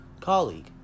colleague